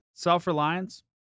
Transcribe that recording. Self-reliance